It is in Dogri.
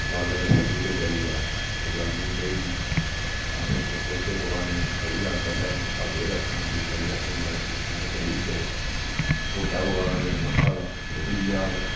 मसाला ते सब्जी जली गै जा ओह् जलनी नी चाहिदी अ'सें कोई फुलके पकाने न तां ओह् बी अग्ग अ'सें स्हाबै दी गै रखना होंदी ते बड़ी अग्ग होई जा तां फुलके जेह्ड़े न जली जंदे न ढोड्डा पकाना होऐ मक्का दा ते ओह् बी इ'यै हाल ऐ